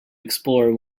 explore